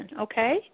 okay